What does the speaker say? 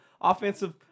offensive